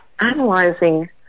analyzing